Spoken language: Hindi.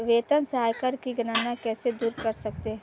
वेतन से आयकर की गणना कैसे दूर कर सकते है?